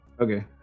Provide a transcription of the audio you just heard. Okay